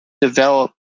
develop